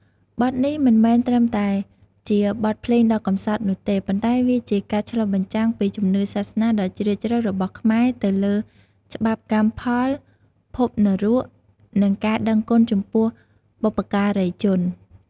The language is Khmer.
បទនេះមិនមែនត្រឹមតែជាបទភ្លេងដ៏កម្សត់នោះទេ ប៉ុន្តែវាជាការឆ្លុះបញ្ចាំងពីជំនឿសាសនាដ៏ជ្រាលជ្រៅរបស់ខ្មែរទៅលើ ច្បាប់កម្មផល ភពនរក និងការដឹងគុណចំពោះបុព្វការីជន។